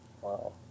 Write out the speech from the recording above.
Wow